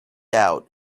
out